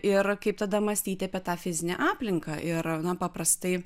ir kaip tada mąstyti apie tą fizinę aplinką ir na paprastai